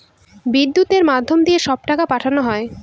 বিদ্যুতের মাধ্যম দিয়ে সব টাকা পাঠানো হয়